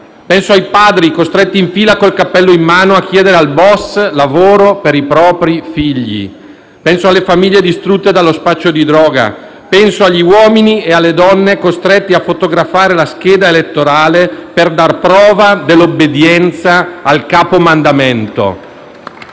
Penso ai padri costretti in fila col cappello in mano a chiedere al *boss* lavoro per i propri figli. Penso alle famiglie distrutte dallo spaccio di droga. Penso agli uomini e alle donne costretti a fotografare la scheda elettorale per dare prova dell' obbedienza al capo mandamento.